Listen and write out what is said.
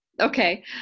okay